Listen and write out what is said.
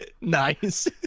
nice